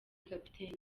kapiteni